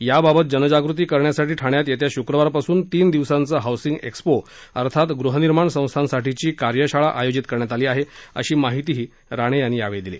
याबाबत जनजागृती करण्यासाठी ठाण्यात येत्या शुक्रवारपासून तीन दिवसांचं हाऊसिंग एक्स्पो अर्थात गृहनिर्माण संस्थांसाठीची कार्यशाळा आयोजित करण्यात आली आहे अशी माहितीही राणे यांनी दिली